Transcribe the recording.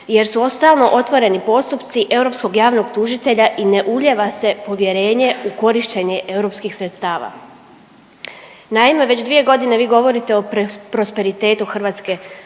jer su stalno otvoreni postupci europskog javnog tužitelja i ne ulijeva se povjerenje u korištenje europskih sredstava. Naime, već dvije godine vi govorite o prosperitetu hrvatske